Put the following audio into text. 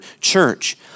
church